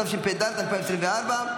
התשפ"ד 2024,